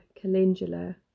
calendula